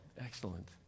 Excellent